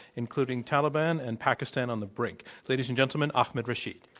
including taliban and pakistan on the brink. ladies and gentlemen, ahmed rashid.